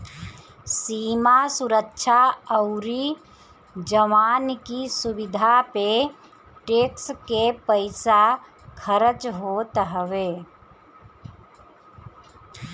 सीमा सुरक्षा अउरी जवान की सुविधा पे टेक्स के पईसा खरच होत हवे